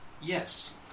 Yes